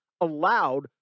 allowed